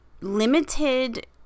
limited